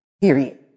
Period